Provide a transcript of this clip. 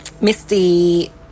Misty